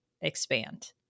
expand